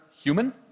human